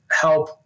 help